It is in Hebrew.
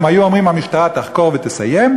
הם היו אומרים: המשטרה תחקור ותסיים,